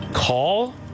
Call